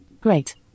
Great